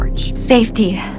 Safety